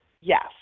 yes